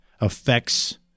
affects